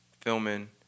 filming